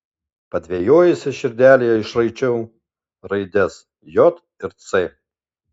padvejojusi širdelėje išraičiau raides j ir c